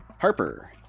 Harper